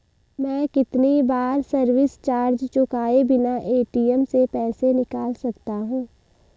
मैं कितनी बार सर्विस चार्ज चुकाए बिना ए.टी.एम से पैसे निकाल सकता हूं?